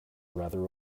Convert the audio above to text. rather